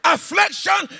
Affliction